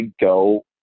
go